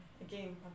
Again